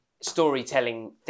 storytelling